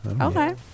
Okay